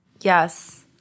Yes